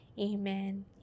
amen